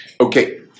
Okay